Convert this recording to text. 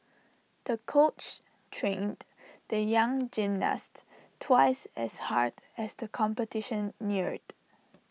the coach trained the young gymnast twice as hard as the competition neared